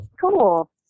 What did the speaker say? Cool